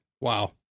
Wow